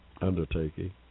Undertaking